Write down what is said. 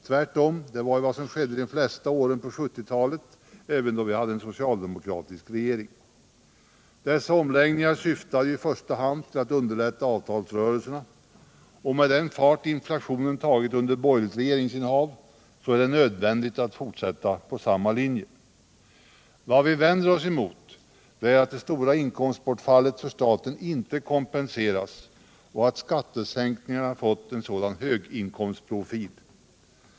Tvärtom — det var ju vad som skedde de flesta åren på 1970-talet, även då vi hade socialdemokratisk regering. Dessa omläggningar syftade ju i första hand till att underlätta avtalsrörelserna, och med den fart inflationen tagit under borgerligt regeringsinnehav är det nödvändigt att fortsätta på samma linje. Vad vi vänder oss emot är att det stora inkomstbortfallet för staten inte kompenseras och att skattesänkningarna fått en sådan höginkomstprofil.